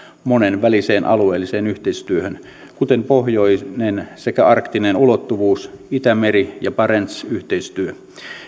monenväliseen alueelliseen yhteistyöhön kuten pohjoinen sekä arktinen ulottuvuus itämeri ja barents yhteistyö